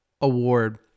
Award